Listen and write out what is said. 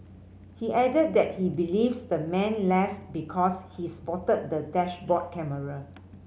he added that he believes the man left because he spotted the dashboard camera